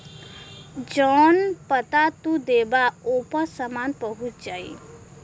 जौन पता तू देबा ओपर सामान पहुंच जाई